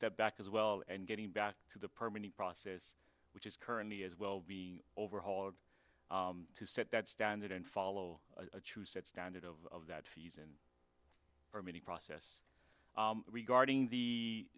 step back as well and getting back to the permanent process which is currently as well be overhauled to set that standard and follow a true set standard of that fees and for many process regarding the